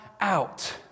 out